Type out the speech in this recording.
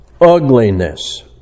Ugliness